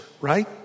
Right